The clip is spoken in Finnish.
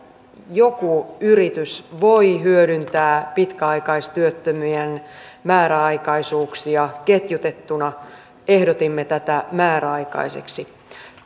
joku yritys voi hyödyntää pitkäaikaistyöttömien määräaikaisuuksia ketjutettuna ehdotimme tätä määräaikaiseksi